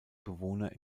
bewohner